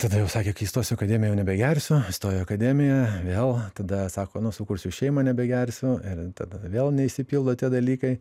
tada jau sakė kai įstosiu į akademiją jau nebegersiu įstojo akademiją vėl tada sako nu sukursiu šeimą nebegersiu ir tada vėl neišsipildo tie dalykai